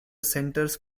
centers